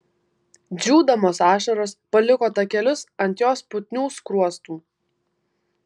džiūdamos ašaros paliko takelius ant jos putnių skruostų